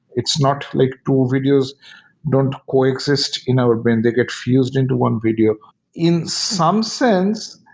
it's not like two videos don't coexist in our brain. they get fused into one video in some sense,